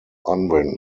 unwin